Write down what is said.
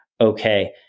okay